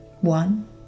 One